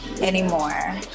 anymore